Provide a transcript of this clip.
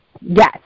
Yes